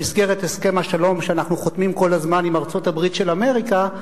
במסגרת הסכם השלום שאנחנו חותמים כל הזמן עם ארצות-הברית של אמריקה,